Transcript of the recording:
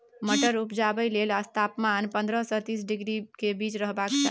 मटर उपजाबै लेल तापमान पंद्रह सँ तीस डिग्री केर बीच रहबाक चाही